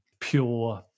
pure